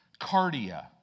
Cardia